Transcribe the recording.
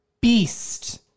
beast